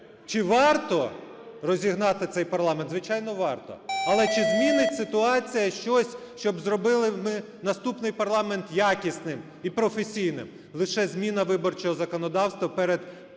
чи варто розігнати цей парламент? Звичайно, варто, але чи змінить ситуація щось, щоб зробили ми наступний парламент якісним і професійним? Лише зміна виборчого законодавства перед